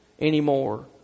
anymore